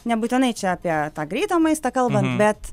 nebūtinai čia apie tą greitą maistą kalbam bet